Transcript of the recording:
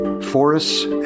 Forests